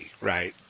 right